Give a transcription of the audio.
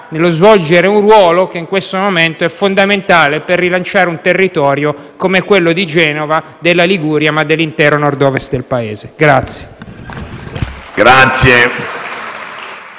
nello svolgere un ruolo che in questo momento è fondamentale per rilasciare un territorio come quello di Genova, della Liguria e dell’intero Nord-Ovest del Paese.